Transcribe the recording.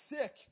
sick